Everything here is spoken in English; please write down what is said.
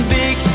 big